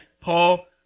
Paul